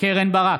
קרן ברק,